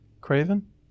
Craven